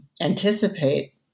anticipate